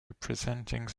representing